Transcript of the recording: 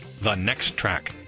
thenexttrack